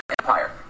empire